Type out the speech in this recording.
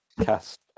cast